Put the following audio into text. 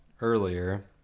earlier